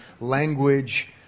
language